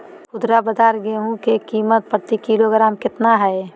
खुदरा बाजार गेंहू की कीमत प्रति किलोग्राम कितना है?